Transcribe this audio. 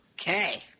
Okay